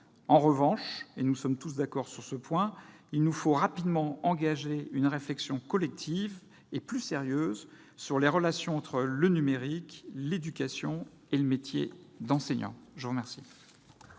En revanche- nous sommes tous d'accord sur ce point -, il nous faut rapidement engager une réflexion collective et plus sérieuse sur les relations entre le numérique, l'éducation et le métier d'enseignant. La parole